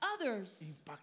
others